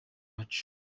wacu